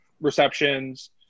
receptions